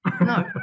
No